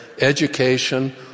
education